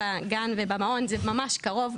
ובמעון זה ממש קרוב.